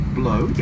blow